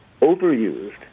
overused